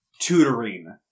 tutoring